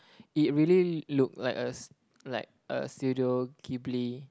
it really look like a s~ like a studio ghibli